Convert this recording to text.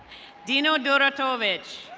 dino doratovez.